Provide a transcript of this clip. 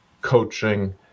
coaching